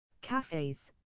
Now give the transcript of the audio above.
Cafes